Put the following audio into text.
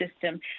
system